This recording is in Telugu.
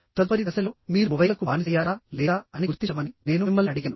తదుపరి దశలో మీరు మొబైల్లకు బానిసయ్యారా లేదా అని గుర్తించమని నేను మిమ్మల్ని అడిగాను